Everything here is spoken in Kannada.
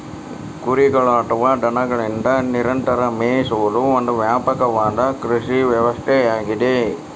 ಕುರಿಗಳು ಅಥವಾ ದನಗಳಿಂದ ನಿರಂತರ ಮೇಯಿಸುವುದು ಒಂದು ವ್ಯಾಪಕವಾದ ಕೃಷಿ ವ್ಯವಸ್ಥೆಯಾಗಿದೆ